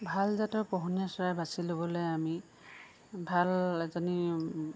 ভাল জাতৰ পোহনীয়া চৰাই বাছি ল'বলৈ আমি ভাল এজনী